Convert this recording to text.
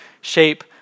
shape